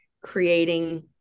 creating